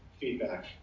feedback